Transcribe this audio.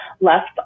Left